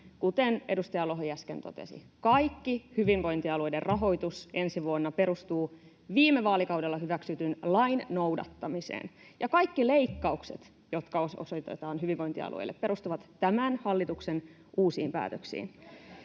kuten edustaja Lohi äsken totesi — kaikki hyvinvointialueiden rahoitus ensi vuonna perustuu viime vaalikaudella hyväksytyn lain noudattamiseen ja kaikki leikkaukset, jotka osoitetaan hyvinvointialueille, perustuvat tämän hallituksen uusiin päätöksiin.